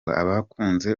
abakunze